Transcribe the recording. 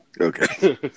Okay